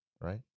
right